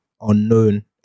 unknown